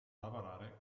lavorare